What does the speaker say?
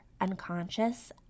unconscious